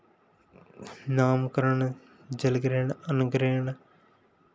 नामकरण जल ग्रहण अन्न ग्रहण